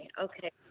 okay